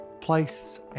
place